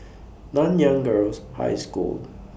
Nanyang Girls' High School